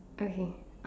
okay